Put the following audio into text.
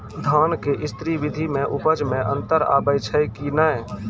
धान के स्री विधि मे उपज मे अन्तर आबै छै कि नैय?